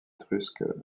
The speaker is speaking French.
étrusques